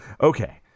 okay